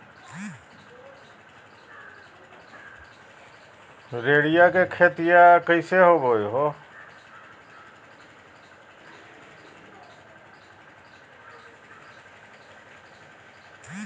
अरंडी के खेती मूल रूप से बिज के उगाबे लगी करल जा हइ